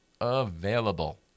available